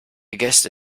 gäste